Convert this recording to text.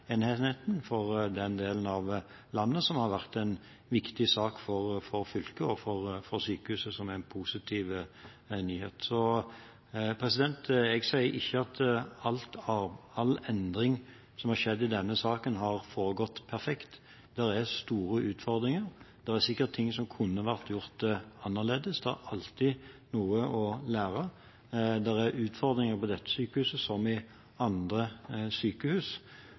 stråleenheten for den delen av landet, noe som har vært en viktig sak og en positiv nyhet for fylket og for sykehuset. Jeg sier ikke at all endring som har skjedd i denne saken, har foregått perfekt. Det er store utfordringer, og det er sikkert ting som kunne vært gjort annerledes. Det er alltid noe å lære. Det er utfordringer ved dette sykehuset som ved andre sykehus.